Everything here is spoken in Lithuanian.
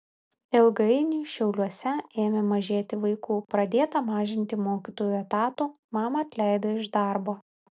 ilgainiui šiauliuose ėmė mažėti vaikų pradėta mažinti mokytojų etatų mamą atleido iš darbo